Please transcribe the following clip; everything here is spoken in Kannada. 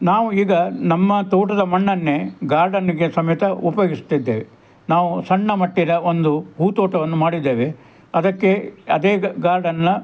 ನಾವು ಈಗ ನಮ್ಮ ತೋಟದ ಮಣ್ಣನ್ನೇ ಗಾರ್ಡನ್ನಿಗೆ ಸಮೇತ ಉಪಯೋಗಿಸ್ತಿದ್ದೇವೆ ನಾವು ಸಣ್ಣ ಮಟ್ಟಿನ ಒಂದು ಹೂತೋಟವನ್ನು ಮಾಡಿದ್ದೇವೆ ಅದಕ್ಕೆ ಅದೇ ಗಾರ್ಡನ್ನ